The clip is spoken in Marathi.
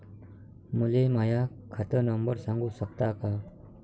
मले माह्या खात नंबर सांगु सकता का?